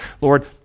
Lord